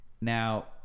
Now